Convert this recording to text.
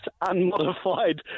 unmodified